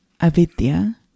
avidya